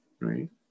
right